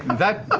that